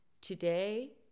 today